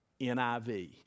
NIV